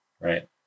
right